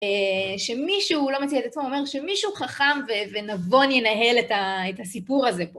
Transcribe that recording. שמישהו, לא מציע את עצמו, אומר, שמישהו חכם ונבון ינהל את הסיפור הזה פה.